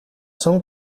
son